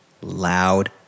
loud